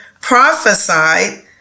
prophesied